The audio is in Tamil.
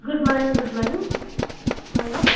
குட் மார்னிங் குட் மார்னிங் வாங்க